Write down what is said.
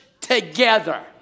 together